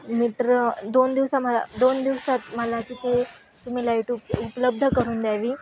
metre दोन दिवसा मला दोन दिवसात मला तिथे तुम्ही लाईट उप उपलब्ध करून द्यावी